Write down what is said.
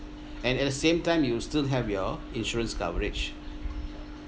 and at the same time you still have your insurance coverage